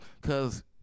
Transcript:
cause